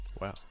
Wow